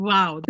Wow